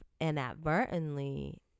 inadvertently